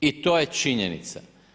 I to je činjenica.